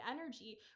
energy